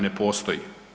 Ne postoji.